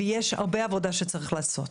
ויש הרבה עבודה שצריך לעשות.